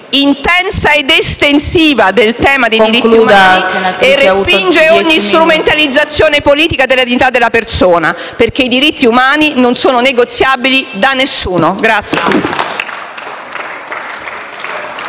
intensa ed estensiva del tema dei diritti umani e respinge ogni strumentalizzazione politica della dignità della persona, perché i diritti umani non sono negoziabili da nessuno.